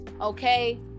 okay